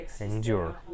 endure